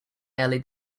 early